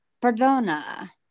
Perdona